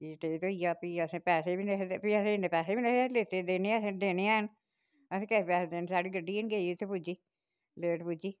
फ्ही लेट होई गेआ फ्ही असें पैहे बी नेईं हे फ्ही असें इन्ने पैहे बी नेईं लेते दे हे देने हे देने हैन अहें कैह्दे पैहे देने साढ़ी गड्डी गै नेईं गेई उत्थें पुज्जी लेट पुज्जी